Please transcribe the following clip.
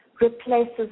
replaces